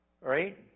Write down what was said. Right